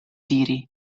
diri